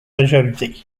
majorité